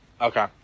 Okay